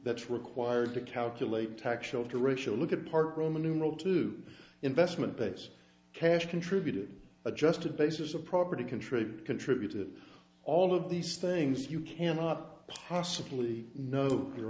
that's required to calculate tax shelter racial look at part roman numeral two investment banks cash contributed adjusted basis of property contribute contribute to all of these things you cannot possibly know your